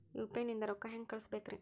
UPI ನಿಂದ ರೊಕ್ಕ ಹೆಂಗ ಕಳಸಬೇಕ್ರಿ?